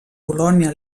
polònia